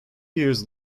years